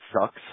sucks